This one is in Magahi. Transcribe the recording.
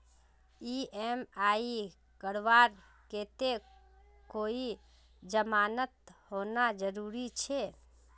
ई.एम.आई करवार केते कोई जमानत होना जरूरी छे?